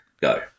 go